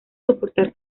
soportar